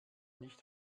nicht